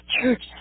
Church